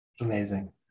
Amazing